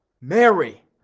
Mary